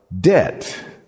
debt